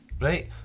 right